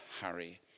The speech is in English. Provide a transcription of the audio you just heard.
Harry